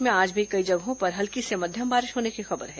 प्रदेश में आज भी कई जगहों पर हल्की से मध्यम बारिश होने की खबर है